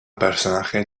personaje